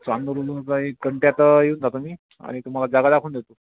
चांदूरवरून एक घंट्यात येईल तसा मी आणि तुम्हाला जागा दाखवून देतो